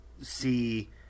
see